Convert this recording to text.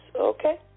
Okay